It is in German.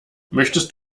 möchtest